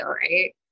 right